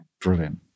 Brilliant